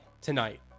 tonight